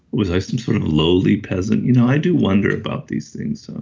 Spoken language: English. was i some sort of lowly peasant? you know i do wonder about these things um